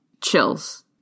Chills